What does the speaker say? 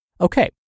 Okay